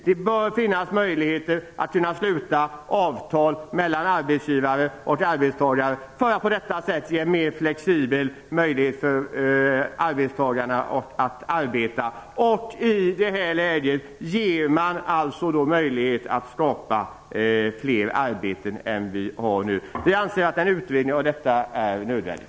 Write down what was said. Det bör finnas möjlighet att sluta sådana avtal mellan arbetsgivare och arbetstagare för att ge arbetstagarna mera flexibla villkor för sin anställning. På detta sätt ger man också möjlighet att skapa fler arbeten än de som nu finns. Vi anser att en utredning av detta är nödvändig.